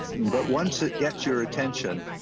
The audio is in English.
but once it gets your attention,